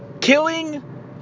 Killing